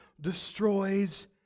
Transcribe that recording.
destroys